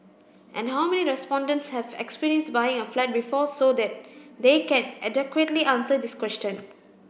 and how many respondents have experience buying a flat before so that they can adequately answer this question